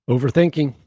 Overthinking